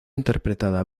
interpretada